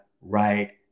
right